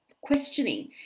questioning